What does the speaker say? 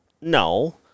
no